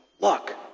look